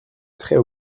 trait